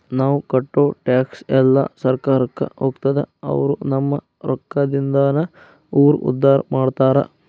ನಾವ್ ಕಟ್ಟೋ ಟ್ಯಾಕ್ಸ್ ಎಲ್ಲಾ ಸರ್ಕಾರಕ್ಕ ಹೋಗ್ತದ ಅವ್ರು ನಮ್ ರೊಕ್ಕದಿಂದಾನ ಊರ್ ಉದ್ದಾರ ಮಾಡ್ತಾರಾ